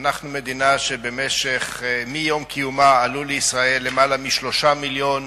אנחנו מדינה שמיום קיומה עלו אליה למעלה מ-3 מיליוני